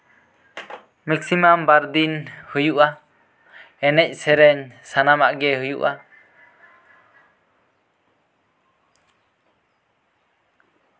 maximum ᱵᱟᱨ ᱫᱤᱱ ᱦᱩᱭᱩᱜᱼᱟ ᱮᱱᱮᱡᱼᱥᱮᱹᱨᱮᱹᱧ ᱥᱟᱱᱟᱢᱟᱜ ᱜᱮ ᱦᱩᱭᱩᱜᱼᱟ